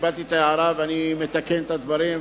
קיבלתי את ההערה ואני מתקן את הדברים.